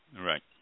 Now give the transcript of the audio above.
Right